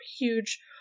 huge